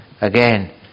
again